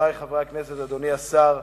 חברי חברי הכנסת, אדוני השר,